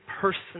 person